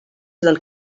del